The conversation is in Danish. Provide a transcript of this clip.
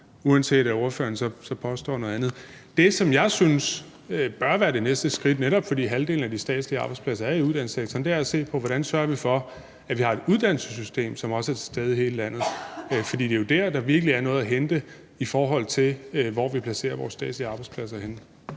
uanset at ordføreren så påstår noget andet. Det, som jeg synes bør være det næste skridt, netop fordi halvdelen af de statslige arbejdspladser er i uddannelsessektoren, er at se på, hvordan vi sørger for, at vi har et uddannelsessystem, som også er til stede i hele landet, for det er jo der, der virkelig er noget at hente, i forhold til hvor vi placerer vores statslige arbejdspladser henne.